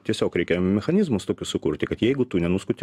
tiesiog reikia mechanizmus tokius sukurti kad jeigu tu nenuskuti